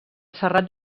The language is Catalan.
serrat